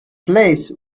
place